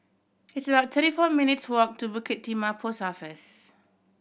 it's about thirty four minutes' walk to Bukit Timah Post Office